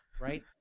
right